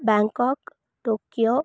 Bangkok Tokyo